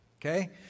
Okay